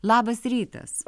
labas rytas